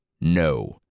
No